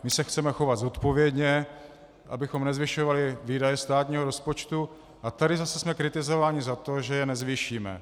My se chceme chovat zodpovědně, abychom nezvyšovali výdaje státního rozpočtu, a tady zase jsme kritizováni za to, že je nezvýšíme.